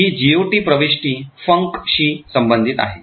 तर ही GOT प्रविष्टी func शी संबंधित आहे